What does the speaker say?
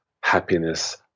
happiness